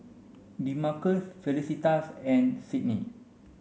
Demarcus Felicitas and Sydnee